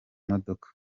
imodoka